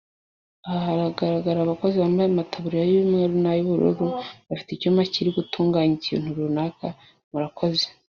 Aha haragaragara abakozi bambaye amataruburiya y'umweru n'ay'ubururu, bafite icyuma kiri gutunganya ikintu runaka, murakoze.